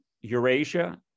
Eurasia